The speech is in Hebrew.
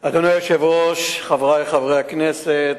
אדוני היושב-ראש, חברי חברי הכנסת,